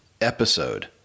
episode